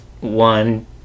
one